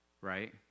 right